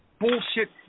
bullshit